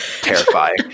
terrifying